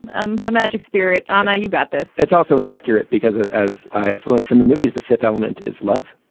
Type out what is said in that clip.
um her magic spirit on how you got this it's also an accurate because as i have learned from the movies, the fifth element is love